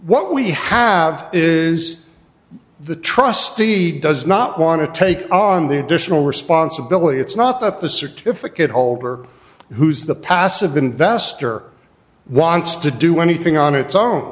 what we have is the trustee does not want to take on the additional responsibility it's not that the certificate holder who's the passive investor wants to do anything on its own